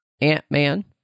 Ant-Man